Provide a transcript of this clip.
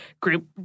group